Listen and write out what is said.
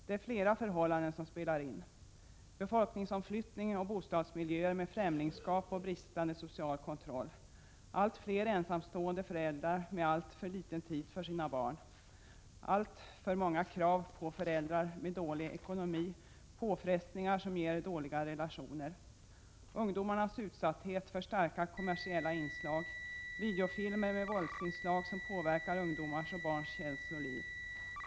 Det är flera förhållanden som spelar in: Befolkningsomflyttning och bostadsmiljöer med främlingsskap och bristande social kontroll, allt flera ensamstående föräldrar med alltför liten tid för sina barn, alltför många krav på föräldrar med dålig ekonomi, påfrestningar som ger dåliga relationer och ungdomarnas utsatthet för starka kommersiella inslag, t.ex. videofilmer med våldsinslag, som påverkar ungdomars och barns känsloliv.